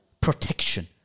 protection